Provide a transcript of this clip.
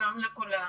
שלום לכולם.